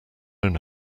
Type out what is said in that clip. own